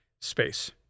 space